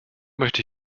möchte